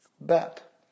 bat